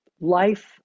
life